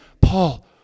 Paul